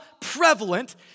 prevalent